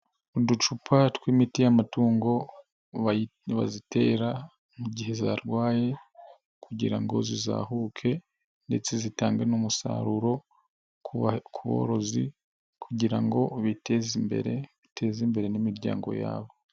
Uducupa tw'imiti y'amatungo, nibazitera mu gihe zarwaye, kugira ngo zizahuke ndetse zitange n'umusaruro kuborozi, kugirango ngo biteze imbere, bateze imbere n'imiryango yabo.